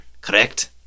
correct